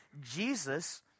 Jesus